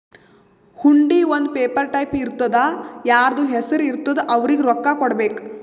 ಹುಂಡಿ ಒಂದ್ paper type ಇರ್ತುದಾ ಯಾರ್ದು ಹೆಸರು ಇರ್ತುದ್ ಅವ್ರಿಗ ರೊಕ್ಕಾ ಕೊಡ್ಬೇಕ್